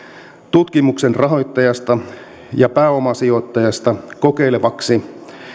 tutkimuksen rahoittajasta ja pääomasijoittajasta kokeilevaksi